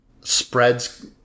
spreads